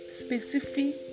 specific